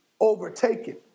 overtaken